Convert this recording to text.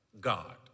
God